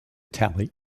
telly